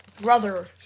brother